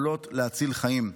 יכולים להציל חיים.